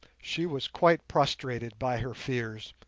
she was quite prostrated by her fears,